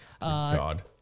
god